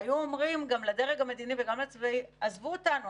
והיו אומרים גם לדרג המדיני וגם לצבאי: עזבו אותנו,